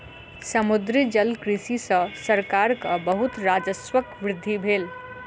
समुद्री जलकृषि सॅ सरकारक बहुत राजस्वक वृद्धि भेल